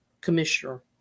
commissioner